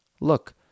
Look